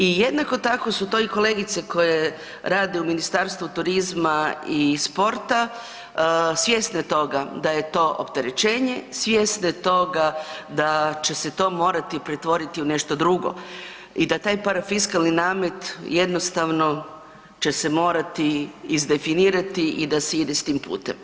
I jednako tako su to i kolegice koje rade u Ministarstvu turizma i sporta svjesne toga da je to opterećenje, svjesne toga da će se to morati pretvoriti u nešto drugo i da taj parafiskalni namet jednostavno će se morati izdefinirati i da se ide s tim putem.